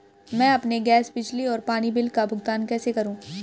मैं अपने गैस, बिजली और पानी बिल का भुगतान कैसे करूँ?